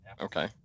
okay